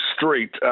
street